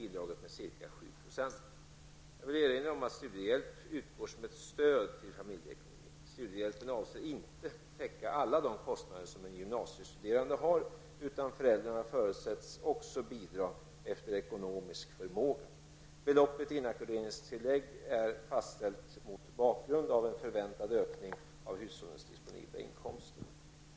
Jag vill erinra om att studiehjälp utgår som ett stöd till familjeekonomin. Studiehjälpen avses inte täcka alla de kostnader som en gymnasiestuderande har utan föräldrarna förutsätts också bidra efter ekonomisk förmåga. Beloppet i inackorderingstillägget är fastställt mot bakgrund av en förväntad ökning av hushållens disponibla inkomster.